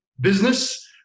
business